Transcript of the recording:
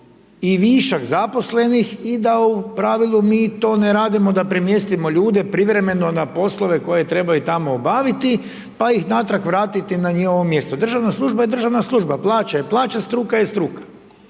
i višak zaposlenih i da u pravilu mi to ne radimo da premjestimo ljude, privremeno na poslove, koje trebaju tamo obaviti, pa ih natrag vratiti na njihovo mjesto. Državna služba je državna služba, plaće, plaće struke je struka.